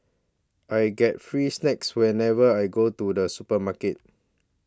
I get free snacks whenever I go to the supermarket